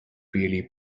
really